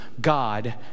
God